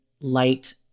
light